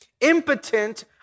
impotent